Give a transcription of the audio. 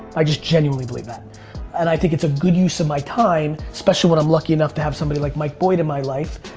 i just genuinely believe that and i think it's a good use of my time especially when i'm lucky enough to have somebody like mike boyd in my life.